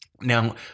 Now